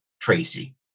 Tracy